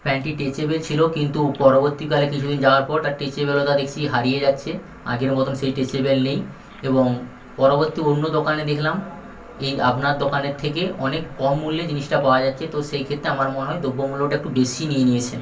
প্যান্টটি স্ট্রেচেবেল ছিল কিন্তু পরবর্তীকালে কিছুদিন যাবার পর তার স্ট্রেচেবেলতা দেখছি হারিয়ে যাচ্ছে আগের মতোন সেই টেচেবেল নেই এবং পরবর্তী অন্য দোকানে দেখলাম এই আপনার দোকানের থেকে অনেক কম মূল্যে জিনিসটা পাওয়া যাচ্ছে এক্ষেত্রে আমার মনে হয় দ্রব্য মূল্যটা একটু বেশীই নিয়ে নিয়েছেন